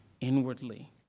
inwardly